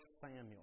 Samuel